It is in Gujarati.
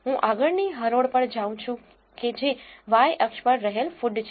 હું આગળની હરોળ પર જાઉં છું કે જે y અક્ષ પર રહેલ food છે